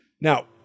Now